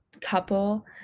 couple